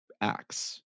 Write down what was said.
acts